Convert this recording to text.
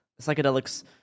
psychedelics